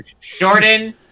Jordan